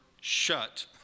shut